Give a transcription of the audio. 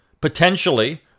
potentially